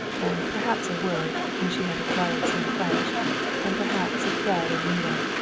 and perhaps a word when she had acquired some french and perhaps a thread and needle.